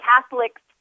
Catholics